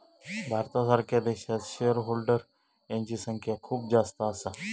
भारतासारख्या देशात shareholder यांची संख्या खूप जास्त असा